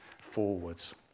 forwards